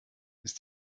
ist